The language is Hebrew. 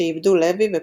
שעיבדו לוי ופוליקר,